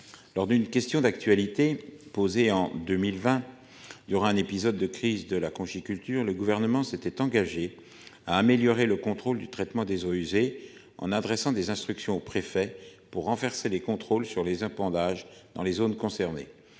Lors d'une question d'actualité posée en 2020, il y aura un épisode de crise de la conchyliculture. Le gouvernement s'était engagé à améliorer le contrôle du traitement des eaux usées en adressant des instructions aux préfets pour renforcer les contrôles sur les 1 pendages dans les zones concernées.